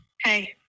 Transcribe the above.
hey